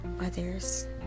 others